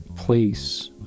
Place